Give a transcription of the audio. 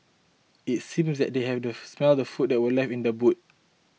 it seemed that they had smelt the food that were left in the boot